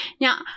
Now